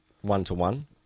one-to-one